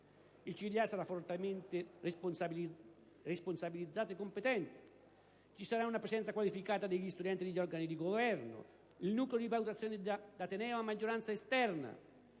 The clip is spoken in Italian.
sarà fortemente responsabilizzato e competente. Ci saranno una presenza qualificata degli studenti negli organi di governo e un nucleo di valutazione d'ateneo a maggioranza esterna.